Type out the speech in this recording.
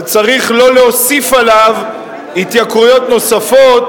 צריך לא להוסיף עליו התייקרויות נוספות,